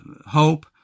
hope